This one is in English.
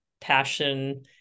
passion